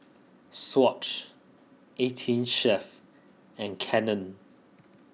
Swatch eighteen Chef and Canon